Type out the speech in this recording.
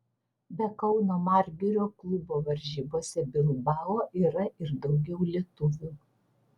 be kauno margirio klubo varžybose bilbao yra ir daugiau lietuvių